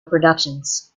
productions